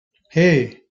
hey